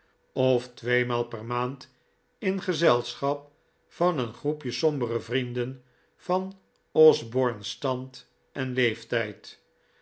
of tweemaal per maand in gezelschap van een groepje sombere vrienden van osborne's stand en leeftijd